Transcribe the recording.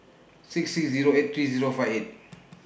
six six Zero eight three Zero five eight